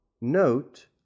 note